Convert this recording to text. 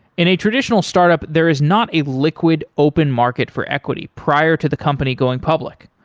in a traditional startup, there is not a liquid open market for equity prior to the company going public.